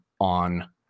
on